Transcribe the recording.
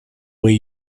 way